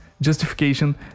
Justification